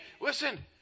Listen